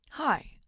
Hi